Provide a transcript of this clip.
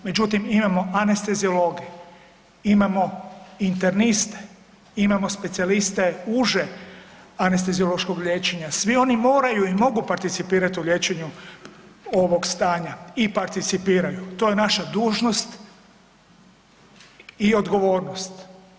Međutim, imamo anesteziologe, imamo interniste, imamo specijaliste uže anesteziološkog liječenja, svi oni moraju i mogu participirat u liječenju ovog stanja i participiraju, to je naša dužnost i odgovornost.